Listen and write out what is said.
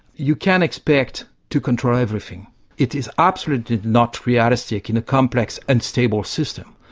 you can't expect to control everything it is absolutely not realistic in a complex and stable system.